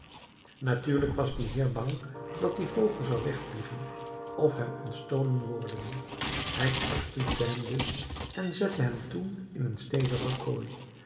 natuurlijk was die heer bang dat die vogel zou wegvliegen of hem ontstolen worden hij kortwiekte hem dus en zette hem toen in een stevigen kooi